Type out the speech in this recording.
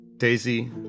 Daisy